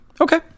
Okay